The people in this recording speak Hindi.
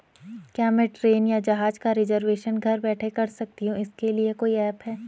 क्या मैं ट्रेन या जहाज़ का रिजर्वेशन घर बैठे कर सकती हूँ इसके लिए कोई ऐप है?